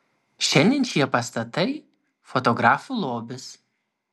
šiandien šie pastatai fotografų lobis